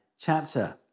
chapter